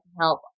help